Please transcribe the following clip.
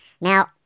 Now